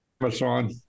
Amazon